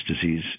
disease